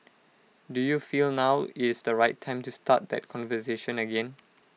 do you feel now is the right time to start that conversation again